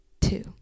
two